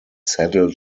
saddle